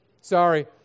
Sorry